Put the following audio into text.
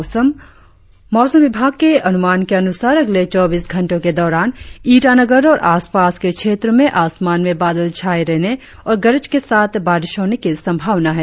मौसम मौसम विभाग के अनुमान के अनुसार अगले चौबीस घंटो के दौरान ईटानगर और आसपास के क्षेत्रो में आसमान में बादल छाये रहने और गरज के साथ बारिश होने की संभावना है